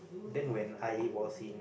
then when I was in